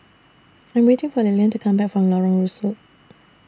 I'm waiting For Lilian to Come Back from Lorong Rusuk